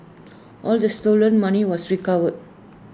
all the stolen money was recovered